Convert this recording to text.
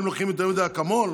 א.